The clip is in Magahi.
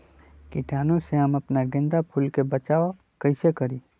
कीटाणु से हम अपना गेंदा फूल के बचाओ कई से करी?